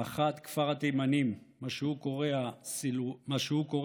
האחת, כפר התימנים, מה שהוא קורא לו סילוואן,